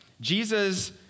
Jesus